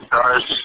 guys